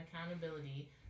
accountability